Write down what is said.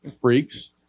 Freaks